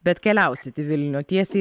bet keliausit į vilnių tiesiai